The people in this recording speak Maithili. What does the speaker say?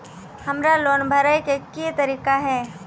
हमरा लोन भरे के की तरीका है?